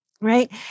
Right